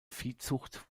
viehzucht